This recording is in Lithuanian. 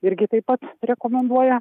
irgi taip pat rekomenduoja